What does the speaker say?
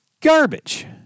garbage